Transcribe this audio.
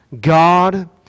God